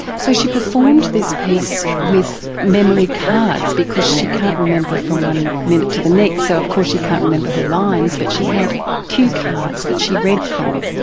so she performed this piece with memory cards, because she can't remember from one minute to the next, so of course she can't remember her lines but she had cue cards that she read from.